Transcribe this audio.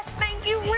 thank you,